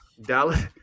Dallas